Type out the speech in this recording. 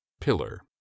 Pillar